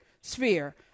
sphere